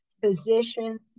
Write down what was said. physicians